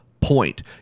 point